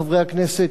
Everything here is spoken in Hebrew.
חברי הכנסת,